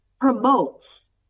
promotes